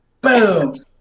Boom